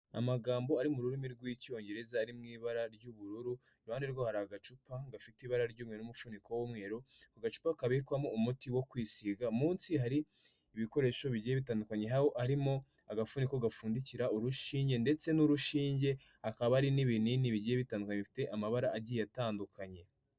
Amagambo ari mu rurimi rw'icyongereza ari mu ibara ry'ubururu, iruhande rwaho hari agacupa gafite ibara ry'umwe n'umufuniko w'umweru, agacupa kabikwamo umuti wo kwisiga munsi hari ibikoresho bigiye bitandukanye aho harimo agafuniko gapfundikira urushinge ndetse n'urushinge hakaba hari n'ibinini bigiye bitandukanye bifite amabara agiye atandukanye.